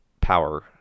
power